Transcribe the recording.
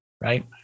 right